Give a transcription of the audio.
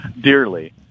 dearly